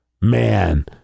man